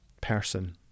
person